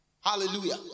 hallelujah